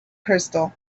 crystal